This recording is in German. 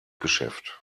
geschäft